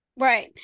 Right